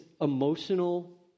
emotional